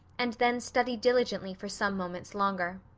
and then studied diligently for some moments longer.